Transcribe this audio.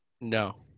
no